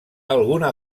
alguna